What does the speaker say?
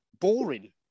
boring